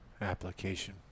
Application